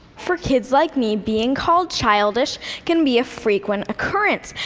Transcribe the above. for kids like me, being called childish can be a frequent occurrence.